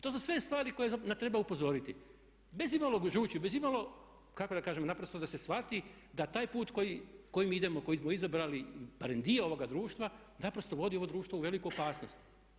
To su sve stvari koje treba upozoriti bez imalo žuči, bez imalo kako da kažem naprosto da se shvati da taj put kojim idemo, koji smo izabrali barem dio ovoga društva naprosto vodi ovo društvo u veliku opasnost.